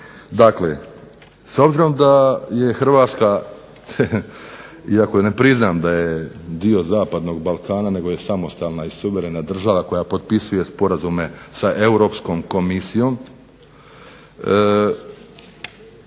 Dakle, s obzirom da je Hrvatska iako ne priznam da je dio zapadnog Balkana, nego je samostalna i suverena država koja potpisuje sporazume sa Europskom komisijom.